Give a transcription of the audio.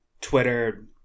Twitter